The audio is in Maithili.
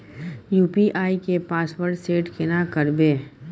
यु.पी.आई के पासवर्ड सेट केना करबे?